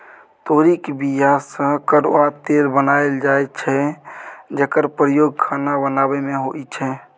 तोरीक बीया सँ करुआ तेल बनाएल जाइ छै जकर प्रयोग खाना बनाबै मे होइ छै